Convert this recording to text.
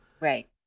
Right